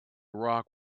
rock